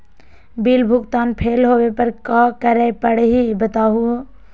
Bill भुगतान fail होवे पर का करै परही, बताहु हो?